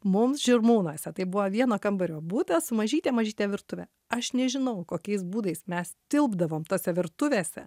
mums žirmūnuose tai buvo vieno kambario butas mažytė mažytė virtuvė aš nežinau kokiais būdais mes tilpdavom tose virtuvėse